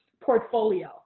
portfolio